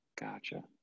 Gotcha